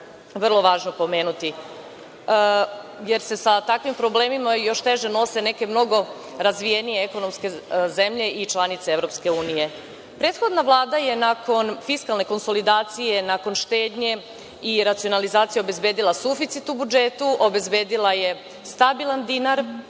vrlo važno pomenuti, jer se sa takvim problemima još teže nose neke mnogo razvijenije ekonomske zemlje i članice EU.Prethodna Vlada je nakon fiskalne konsolidacije, nakon štednje i racionalizacije obezbedila suficit u budžetu, obezbedila je stabilan dinar